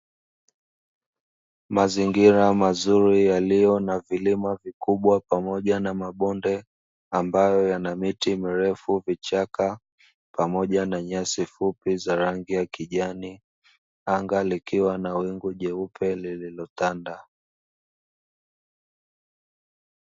Mazingira mazuri yaliyo na milima mikubwa pamoja na mabonde ambayo yana miti mirefu, vichaka pamoja na nyasi fupi zenye rangi ya kijani, anga likiwa na wingu jeupe lililotanda.